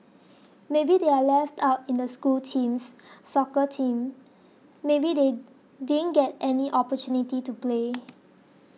maybe they are left out in the school teams soccer team maybe they didn't get any opportunity to play